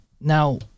Now